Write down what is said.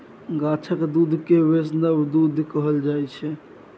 गाछक दुध केँ बैष्णव दुध कहल जाइ छै